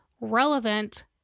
relevant